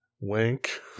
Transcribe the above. wink